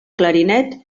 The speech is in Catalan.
clarinet